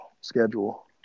schedule